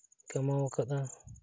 ᱠᱟᱢᱟᱣᱟᱠᱟᱫᱼᱟ